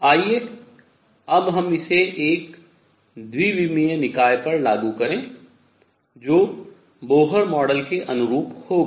आइए अब हम इसे एक द्विविमीय निकाय पर लागू करें जो बोहर मॉडल के अनुरूप होगा